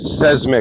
seismic